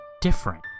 different